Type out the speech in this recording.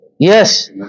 Yes